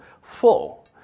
full